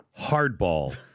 hardball